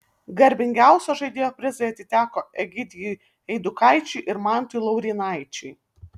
garbingiausio žaidėjo prizai atiteko egidijui eidukaičiui ir mantui laurynaičiui